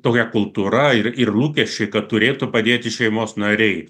tokia kultūra ir ir rūpesčiui kad turėtų padėti šeimos nariai